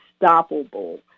unstoppable